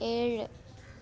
ഏഴ്